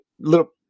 little